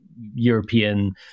European